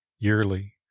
yearly